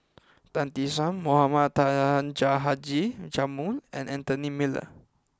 Tan Tee Suan Mohamed Taha Haji Jamil and Anthony Miller